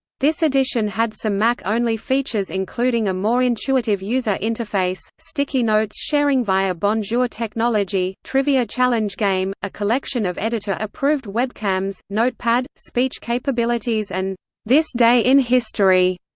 this edition had some mac-only features including a more intuitive user interface, sticky notes sharing via bonjour technology, trivia challenge game, a collection of editor-approved webcams notepad, speech capabilities and this day in history,